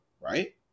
Right